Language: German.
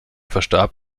verstarb